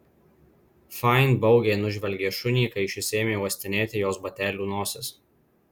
fain baugiai nužvelgė šunį kai šis ėmė uostinėti jos batelių nosis